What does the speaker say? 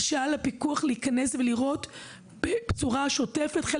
נתנו הרשאה לפיקוח להיכנס ולראות בצורה שוטפת.